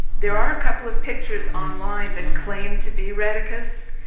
there are a couple of pictures online that claim to be rheticus.